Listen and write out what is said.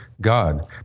God